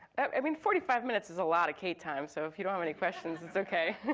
i mean, forty five minutes is a lot of kate time. so if you don't have any questions, it's okay.